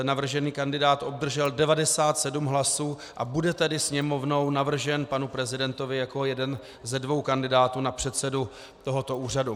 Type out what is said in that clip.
Navržený kandidát obdržel 97 hlasů a bude tedy Sněmovnou navržen panu prezidentovi jako jeden ze dvou kandidátů na předsedu tohoto úřadu.